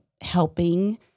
helping